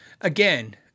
again